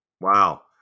Wow